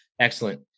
Excellent